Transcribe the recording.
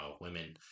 women